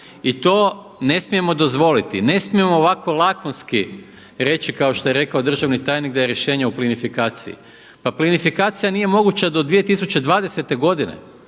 I to ne smijemo dozvoliti, ne smijemo ovako lakonski reći kao što je rekao državni tajnik da je rješenje o plinifikaciji. Pa plinivikacija nije moguća do 2020. godine.